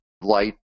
light